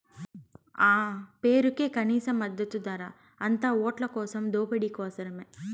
ఆ పేరుకే కనీస మద్దతు ధర, అంతా ఓట్లకోసం దోపిడీ కోసరమే